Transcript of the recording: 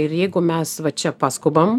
ir jeigu mes va čia paskubam